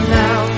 now